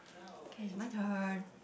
okay it's my turn